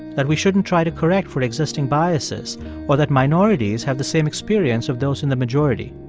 that we shouldn't try to correct for existing biases or that minorities have the same experience of those in the majority.